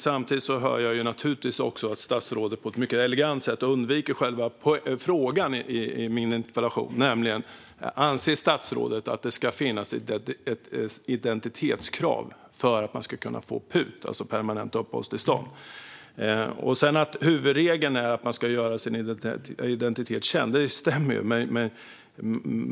Samtidigt hör jag givetvis att statsrådet på ett elegant sätt undviker själva frågan i min interpellation: Anser statsrådet att det ska finnas ett identitetskrav för att man ska kunna få permanent uppehållstillstånd, PUT? Huvudregeln är att man ska göra sin identitet känd. Det stämmer ju.